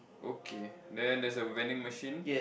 okay then there's a vending machine